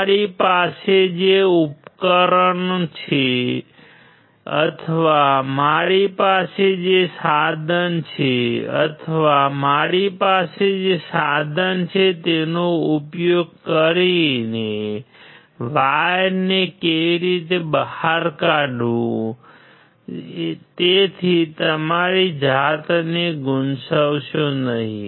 મારી પાસે જે ઉપકરણ છે અથવા મારી પાસે જે સાધન છે અથવા મારી પાસે જે સાધન છે તેનો ઉપયોગ કરીને વાયરને કેવી રીતે બહાર કાઢવું તેથી તમારી જાતને ગૂંચવશો નહીં